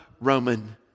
Roman